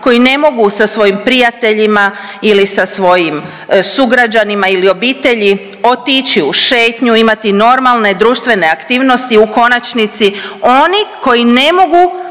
koji ne mogu sa svojim prijateljima ili sa svojim sugrađanima ili obitelji otići u šetnju, imati normalne društvene aktivnosti, u konačnici oni koji ne mogu